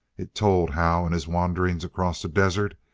it told how, in his wandering across the desert,